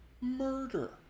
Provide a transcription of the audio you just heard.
murder